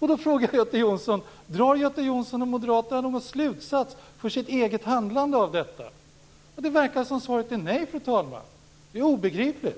Då frågar jag Göte Jonsson om han och Moderaterna drar någon slutsats för sitt eget handlande av detta. Det verkar som om svaret är nej, fru talman. Det är obegripligt.